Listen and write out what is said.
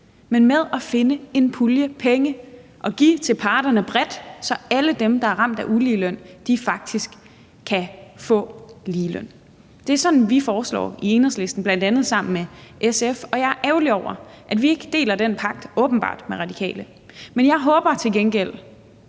men ved at finde en pulje penge at give bredt til parterne, så alle dem, der er ramt af uligeløn, faktisk kan få ligeløn. Det er sådan, vi foreslår i Enhedslisten, bl.a. sammen med SF, og jeg er ærgerlig over, at vi – åbenbart – ikke deler den pagt med Radikale. Men jeg håber til gengæld,